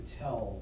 tell